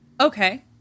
Okay